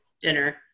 dinner